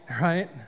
right